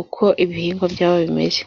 uko ibihingwa byabo bimeze.